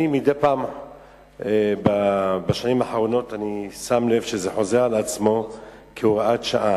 מדי פעם בשנים האחרונות אני שם לב שזה חוזר על עצמו כהוראת שעה.